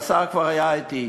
השר כבר היה אתי,